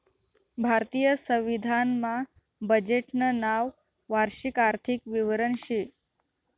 भारतीय संविधान मा बजेटनं नाव वार्षिक आर्थिक विवरण शे